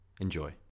Enjoy